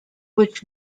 which